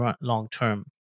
long-term